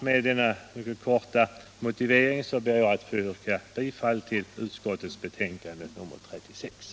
Med denna mycket korta motivering ber jag, herr talman, att få yrka bifall till utskottets hemställan.